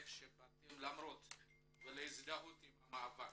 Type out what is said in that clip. שבאתן למרות זאת ולהזדהות עם המאבק.